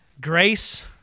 Grace